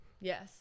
Yes